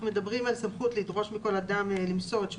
אנחנו מדברים על סמכות לדרוש מכל אדם למסור את שמו,